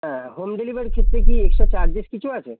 হ্যাঁ হোম ডেলিভারের ক্ষেত্রে কি এক্সট্রা চার্জেস কিছু আছে